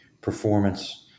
performance